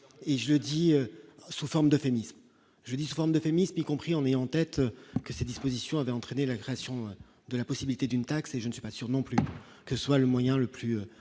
et jeudi sous forme d'euphémisme jeudi, forme de familles y compris en ayant en tête que ces dispositions avaient entraîné la création de la possibilité d'une taxe et je ne suis pas sûr non plus que soit le moyen le plus